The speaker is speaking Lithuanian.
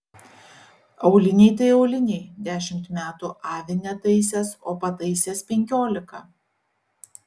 auliniai tai auliniai dešimt metų avi netaisęs o pataisęs penkiolika